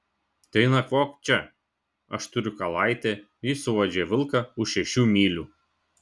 tai nakvok čia aš turiu kalaitę ji suuodžia vilką už šešių mylių